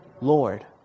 Lord